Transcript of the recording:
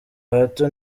hato